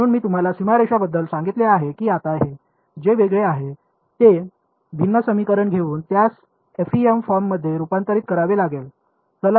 म्हणून मी तुम्हाला सीमारेषाबद्दल सांगितले आहे आणि आता जे वेगळे आहे ते भिन्न समीकरण घेऊन त्यास एफईएम फॉर्ममध्ये रूपांतरित करावे लागेल